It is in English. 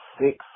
six